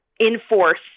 enforce